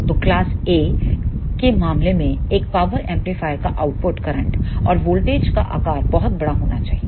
तो class A के मामले में एक पावर एम्पलीफायरों का आउटपुट करंटऔर वोल्टेज का आकार बहुत बड़ा होना चाहिए